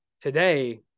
today